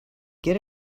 get